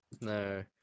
No